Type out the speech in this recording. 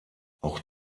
auch